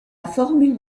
formule